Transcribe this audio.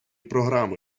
програми